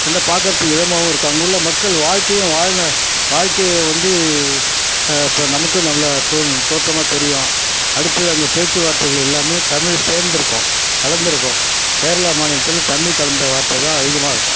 ரெண்டா பார்க்கறதுக்கு இதமாகவும் இருக்கும் அங்கே உள்ள மக்கள் வாழ்க்கையும் வாழ வாழ்க்கையை வந்து இப்போ நமக்கு நம்மளை தோணும் தோற்றமாக தெரியும் அடுத்தது அங்கே பேச்சு வார்த்தைகள் எல்லாமே தமிழ் சேர்ந்திருக்கும் கலந்திருக்கும் கேரளா மாநிலத்தில் தமிழ் கலந்த வார்த்தைதான் அதிகமாக இருக்கும்